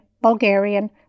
Bulgarian